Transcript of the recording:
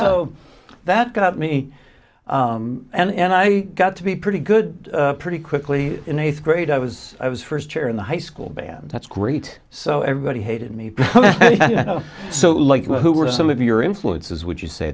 so that got me and i got to be pretty good pretty quickly in eighth grade i was i was first chair in the high school band that's great so everybody hated me so like who were some of your influences would you say